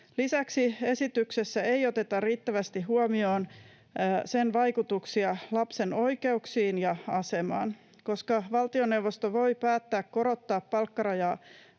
Lisäksi esityksessä ei oteta riittävästi huomioon sen vaikutuksia lapsen oikeuksiin ja asemaan. Koska valtioneuvosto voi päättää korottaa palkkarajaa